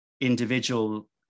individual